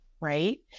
right